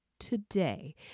Today